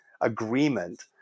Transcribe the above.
agreement